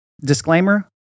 disclaimer